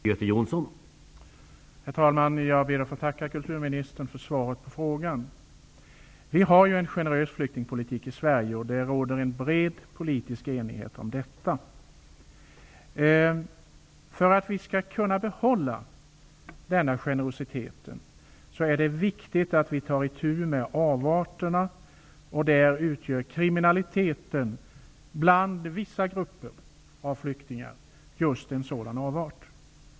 Herr talman! Jag ber att få tacka kulturministern för svaret på frågan. Vi har en generös flyktingpolitik i Sverige. Det råder en bred politisk enighet om detta. För att vi skall kunna behålla denna generositet är det viktigt att ta itu med avarterna. Kriminaliteten bland vissa grupper av flyktingar utgör en sådan avart.